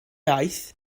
aeth